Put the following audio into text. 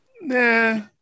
Nah